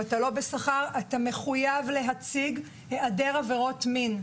מחויב להציג היעדר עבירות מין.